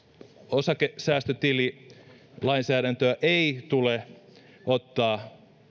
osakesäästötililainsäädäntöä ei tule ottaa